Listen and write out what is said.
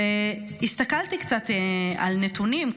הסתכלתי קצת על נתונים.